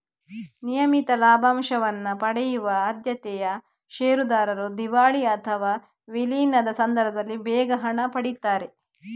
ನಿಯಮಿತ ಲಾಭಾಂಶವನ್ನ ಪಡೆಯುವ ಆದ್ಯತೆಯ ಷೇರುದಾರರು ದಿವಾಳಿ ಅಥವಾ ವಿಲೀನದ ಸಂದರ್ಭದಲ್ಲಿ ಬೇಗ ಹಣ ಪಡೀತಾರೆ